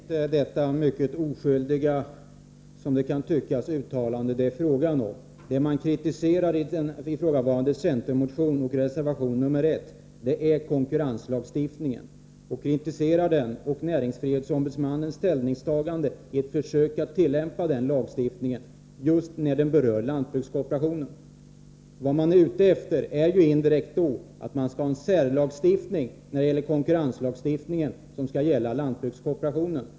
Herr talman! Det är inte detta, som det kan tyckas, mycket oskyldiga uttalande som det är fråga om. Det man kritiserar i ifrågavarande centermotion och i reservation 1 är konkurrenslagstiftningen. Man kritiserar den och näringsfrihetsombudsmannens ställningstagande i ett försök att tillämpa den lagstiftningen just när den berör lantbrukskooperationen. Vad man indirekt är ute efter är ju en särlagstiftning när det gäller konkurrenslagstiftningen som skall gälla lantbrukskooperationen.